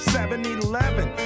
7-Eleven